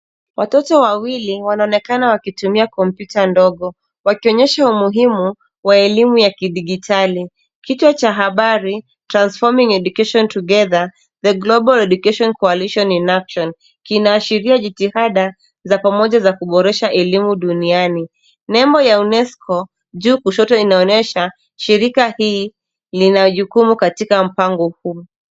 Watoto wawili wanaonekana wakitumia kompyuta ndogo, wakionyesha umuhimu wa elimu ya kidijitali. Kichwa cha habari transforming education together, the global education coallition in action kinaashiria jitihada za pamoja za kuboresha elimu duniani. Nembo ya UNESCO juu kushoto inaonyesha shirika hii lina jukumu katika mpango huu.